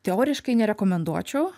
teoriškai nerekomenduočiau